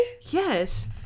Yes